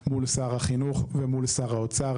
מול שר החינוך ומול שר האוצר.